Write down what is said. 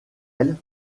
elles